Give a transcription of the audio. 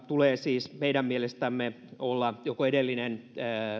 tulee siis meidän mielestämme olla joko edellinen